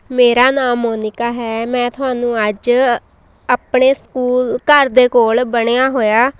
ਮੇਰਾ ਨਾਮ ਮੋਨੀਕਾ ਹੈ ਮੈਂ ਤੁਹਾਨੂੰ ਅੱਜ ਆਪਣੇ ਸਕੂਲ ਘਰ ਦੇ ਕੋਲ ਬਣਿਆ ਹੋਇਆ